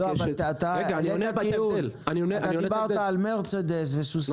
אתה דיברת על מרצדס וסוסיתא.